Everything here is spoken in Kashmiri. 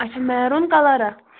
اَچھا میروٗن کَلرا